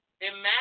imagine